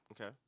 Okay